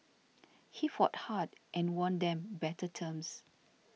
he fought hard and won them better terms